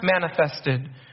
manifested